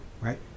right